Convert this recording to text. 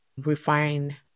refine